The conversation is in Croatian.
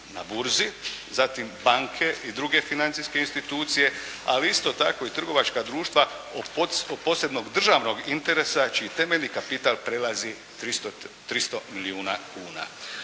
na burzi. Zatim, banke i druge financijske institucije, ali isto tako i trgovačka društva od posebnog državnog interesa čiji temeljni kapital prelazi 300 milijuna kuna.